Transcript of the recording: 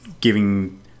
giving